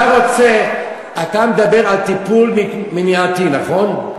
אתה מדבר על טיפול מניעתי, נכון?